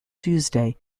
tuesday